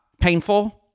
painful